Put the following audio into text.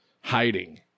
hiding